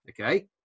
Okay